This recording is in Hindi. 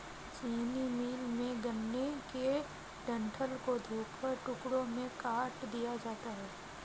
चीनी मिल में, गन्ने के डंठल को धोकर टुकड़ों में काट दिया जाता है